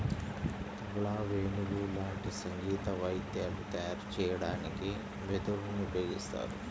తబలా, వేణువు లాంటి సంగీత వాయిద్యాలు తయారు చెయ్యడానికి వెదురుని ఉపయోగిత్తారు